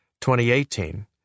2018